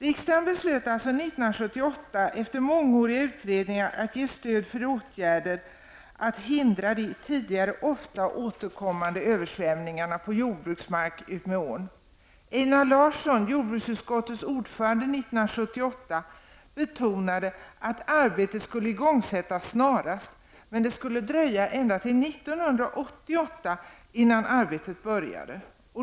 Riksdagen beslöt 1978, efter mångåriga utredningar, att ge stöd för åtgärder att hindra de tidigare ofta återkommande översvämningarna på jordbruksmarker utmed ån. Einar Larsson, jordbruksutskottets ordförande 1978, betonade att arbetet skulle igångsättas snarast. Men det skulle dröja äenda till 1988 innan arbetet började.